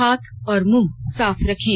हाथ और मुंह साफ रखें